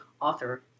author